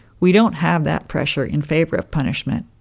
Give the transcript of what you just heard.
we don't have that pressure in favor of punishment.